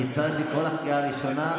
אני אצטרך לקרוא אותך בקריאה ראשונה,